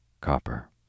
copper